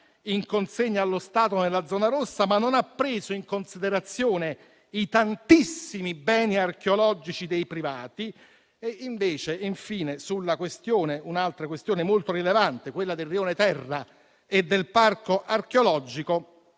in consegna allo Stato nella zona rossa, ma non ha preso in considerazione i tantissimi beni archeologici dei privati. Infine, su un'altra questione molto rilevante, quella del Rione Terra e del Parco archeologico,